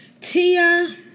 Tia